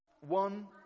One